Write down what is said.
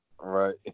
Right